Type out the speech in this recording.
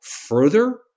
further